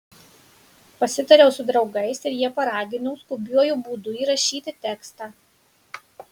pasitariau su draugais ir jie paragino skubiuoju būdu įrašyti tekstą